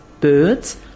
birds